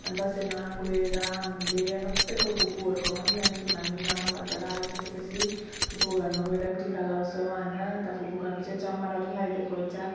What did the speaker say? अनि दसैँमा गएर हामीले सबैको फुपूहरूकोमा जान्छौँ हामी मामा घरबाट आइसके पछि फुपूको घरमा गएर पनि टिका लगाउँछौँ होइन अन्त फुपूको घरमा चाहिँ जमरा पनि लगाइदिएको हुन्छ